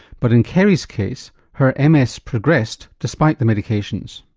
but in kerri's case her ms progressed despite the medications.